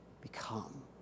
become